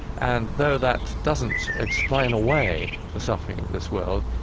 and though that doesn't explain away the suffering of this world,